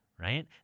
right